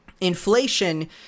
Inflation